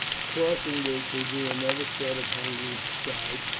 crossing this he drew another set of hangings aside,